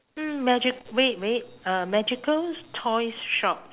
mm magic wait wait uh magical toys shop